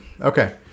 okay